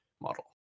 model